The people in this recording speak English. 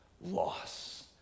loss